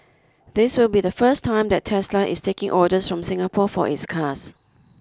this will be the first time that Tesla is taking orders from Singapore for its cars